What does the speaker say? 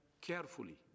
carefully